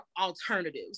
alternatives